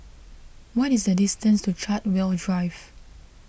what is the distance to Chartwell Drive